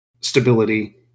stability